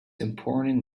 important